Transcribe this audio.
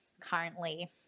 currently